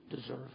deserve